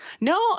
No